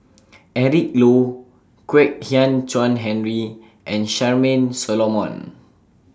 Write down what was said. Eric Low Kwek Hian Chuan Henry and Charmaine Solomon